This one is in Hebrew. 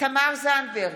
תמר זנדברג,